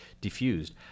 diffused